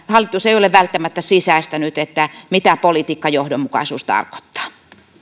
hallitus ei ole välttämättä sisäistänyt mitä politiikkajohdonmukaisuus tarkoittaa